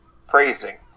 phrasing